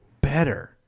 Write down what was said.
better